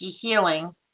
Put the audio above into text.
healing